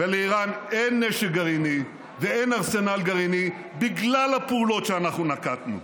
ולאיראן אין נשק גרעיני ואין ארסנל גרעיני בגלל הפעולות שאנחנו נקטנו.